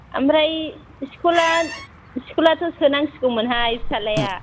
ओमफ्राय सिकुला सिकुलाथ' सोनां सिगौ मोनहाय फिसालाया